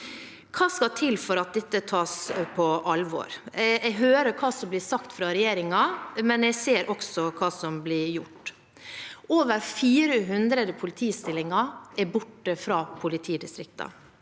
Hva skal til for at dette tas på alvor? Jeg hører hva som blir sagt fra regjeringen, men jeg ser også hva som blir gjort. Over 400 politistillinger er borte fra politidistriktene,